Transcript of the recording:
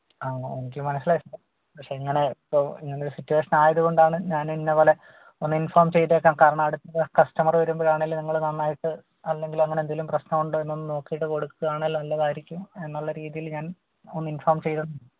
ആണോ എനിക്ക് മനസ്സിലായി സാർ പക്ഷേ ഇങ്ങനെ ഇപ്പോൾ ഇങ്ങനെയൊരു സിറ്റുവേഷൻ ആയതുകൊണ്ടാണ് ഞാൻ ഇന്നത് പോലെ ഒന്ന് ഇന്ഫോം ചെയ്തേക്കാം കാരണം അടുത്ത കസ്റ്റമർ വരുമ്പോഴാണെങ്കിലും നിങ്ങൾ നന്നായിട്ട് അല്ലെങ്കിൽ അങ്ങനെ എന്തെങ്കിലും പ്രശ്നം ഉണ്ടോ എന്നൊന്ന് നോക്കിയിട്ട് കൊടുക്കുവാണെങ്കിൽ നല്ലതായിരിക്കും എന്നുള്ള രീതിയിൽ ഞാന് ഒന്ന് ഇന്ഫോം ചെയ്തത്